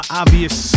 obvious